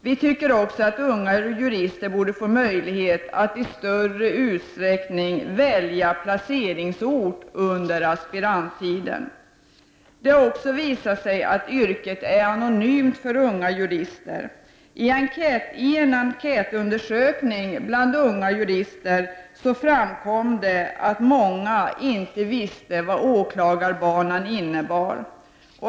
Vi tycker också att unga jurister borde få möjlighet att i större utsträckning välja placeringsort under aspiranttiden. Det har också visat sig att åklagaryrket är anonymt för unga jurister. I en enkätundersökning bland unga jurister framkom att många inte visste vad åklagarbanan innebär.